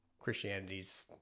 Christianity's